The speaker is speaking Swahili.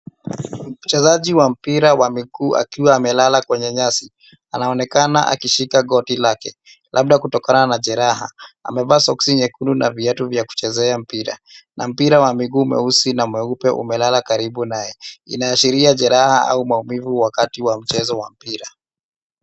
Mchezaji wa mpira wa miguu akiwa amelala kwenye nyasi. Anaonekana akishika goti lake labda kutokana na jeraha. Amevaa soksi nyekundu na viatu vya kuchezea mpira na mpira wa miguu mweusi na mweupe umelala karibu naye. Inaashiria jeraha au mauvivu wakati wa mchezo wa mpira.